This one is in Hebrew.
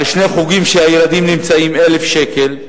שני חוגים שהילדים נמצאים בהם זה 1,000 שקל.